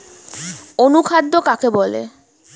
অনুখাদ্য কাকে বলে?